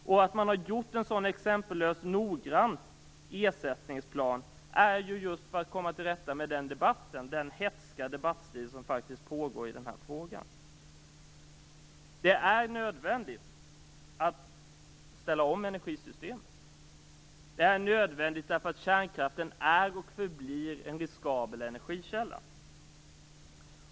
Och att man har gjort en så exempellöst noggrann ersättningsplan är just för att komma till rätta med den hätska debattstil som pågår i frågan. Det är nödvändigt att ställa om energisystemet. Det är nödvändigt därför att kärnkraften är och förblir en riskabel energikälla.